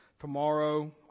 Tomorrow